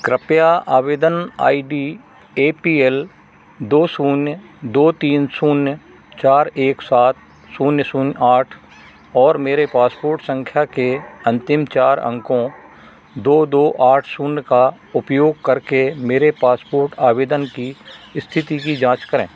कृपया आवेदन I D A P L दो शून्य दो तीन शून्य चार एक सात शून्य शून्य आठ और मेरे पासपोर्ट संख्या के अंतिम चार अंकों दो दो आठ शून्य का उपयोग करके मेरे पासपोर्ट आवेदन की स्थिति की जांच करें